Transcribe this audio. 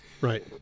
Right